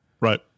right